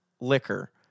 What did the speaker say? liquor